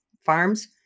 farms